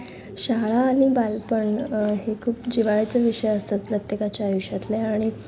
शाळा आणि बालपण हे खूप जिव्हाळ्याचे विषय असतात प्रत्येकाच्या आयुष्यातले आणि